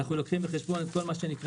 אנחנו לוקחים בחשבון את כל מה שנקרא